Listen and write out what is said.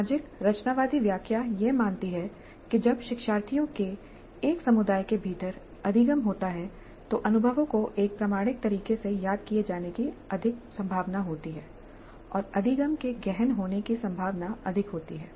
सामाजिक रचनावादी व्याख्या यह मानती है कि जब शिक्षार्थियों के एक समुदाय के भीतर अधिगम होता है तो अनुभवों को एक प्रामाणिक तरीके से याद किए जाने की अधिक संभावना होती है और अधिगम के गहन होने की संभावना अधिक होती है